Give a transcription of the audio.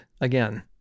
again